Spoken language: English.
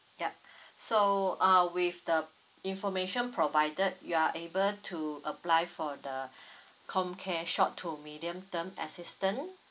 yup so uh with the information provided you are able to apply for the comcare short to medium term assistance